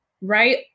right